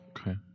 Okay